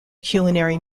culinary